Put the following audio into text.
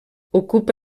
ocupa